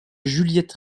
juliette